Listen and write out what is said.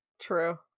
True